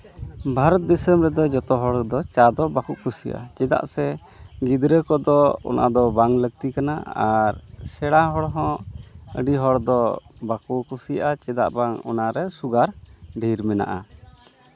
ᱵᱷᱟᱨᱚᱛ ᱫᱤᱥᱚᱢ ᱨᱮᱫᱚ ᱡᱚᱛᱚᱦᱚᱲ ᱫᱚ ᱪᱟ ᱫᱚ ᱵᱟᱠᱚ ᱠᱩᱥᱤᱭᱟᱜᱼᱟ ᱪᱮᱫᱟᱜ ᱥᱮ ᱜᱤᱫᱽᱨᱟᱹ ᱠᱚᱫᱚ ᱚᱱᱟᱫᱚ ᱵᱟᱝ ᱞᱟᱹᱠᱛᱤ ᱠᱟᱱᱟ ᱟᱨ ᱥᱮᱬᱟ ᱦᱚᱲ ᱦᱚᱸ ᱟᱹᱰᱤ ᱦᱚᱲ ᱫᱚ ᱵᱟᱠᱚ ᱠᱩᱥᱤᱭᱟᱜᱼᱟ ᱪᱮᱫᱟᱜ ᱵᱟᱝ ᱚᱱᱟᱨᱮ ᱥᱩᱜᱟᱨ ᱰᱷᱮᱨ ᱢᱮᱱᱟᱜᱼᱟ